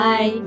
Bye